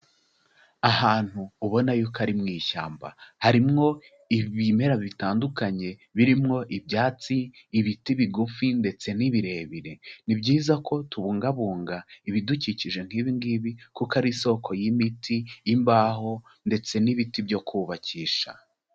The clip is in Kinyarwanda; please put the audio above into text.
Ahantu ubona yuko ari mu ishyamba, harimwo ibimera bitandukanye birimo ibyatsi, ibiti bigufi ndetse n'ibirebire. Ni byiza ko tubungabunga ibidukikije nk'ibi ngibi kuko ari isoko y'imiti, imbaho ndetse n'ibiti byo kubakisha.